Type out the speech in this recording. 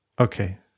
okay